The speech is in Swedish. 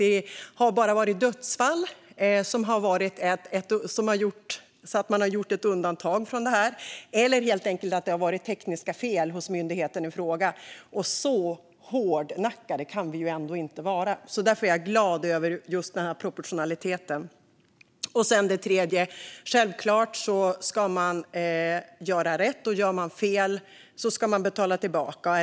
Det har bara varit vid dödsfall man har gjort undantag från detta, eller när det har varit tekniska fel hos myndigheten i fråga. Så hårdnackade kan vi ändå inte vara, så därför är jag glad över just proportionaliteten. Det tredje är att man självklart ska göra rätt, och gör man fel ska man betala tillbaka.